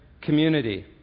community